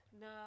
No